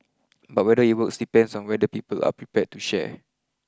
but whether it works depends on whether people are prepared to share